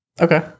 okay